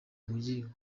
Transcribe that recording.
mujyi